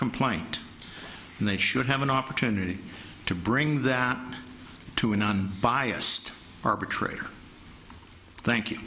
complaint and they should have an opportunity to bring that to a non biased arbitrator thank you